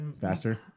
Faster